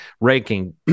ranking